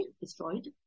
destroyed